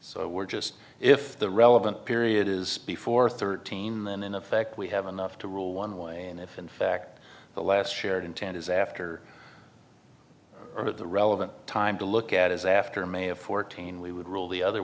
so we're just if the relevant period is before thirteen then in effect we have enough to rule one way and if in fact the last shared intent is after or the relevant time to look at is after may of fourteen we would rule the other